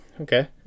Okay